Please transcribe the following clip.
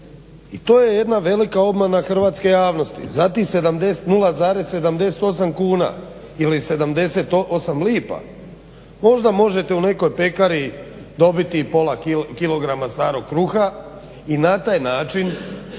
i to je jedna velika obmana hrvatske javnosti. Za tih 0,78 kuna ili 78 lipa možda možete u nekoj pekari dobiti pola kilograma starog kruha i na taj način